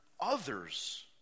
others